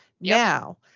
Now